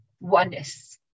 oneness